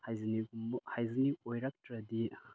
hygienic ꯑꯣꯏꯔꯛꯇ꯭ꯔꯗꯤ